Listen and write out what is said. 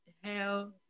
Hell